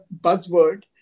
buzzword